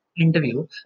interview